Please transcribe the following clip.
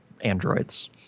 androids